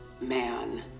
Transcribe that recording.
man